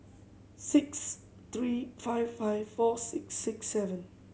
six three five five four six six seven